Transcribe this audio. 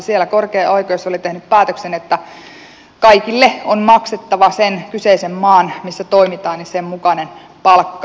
siellä korkein oikeus oli tehnyt päätöksen että kaikille on maksettava sen kyseisen maan missä toimitaan mukainen palkka